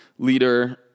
leader